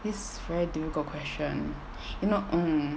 it's very difficult question you know hmm